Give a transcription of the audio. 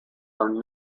are